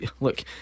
look